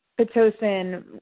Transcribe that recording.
Pitocin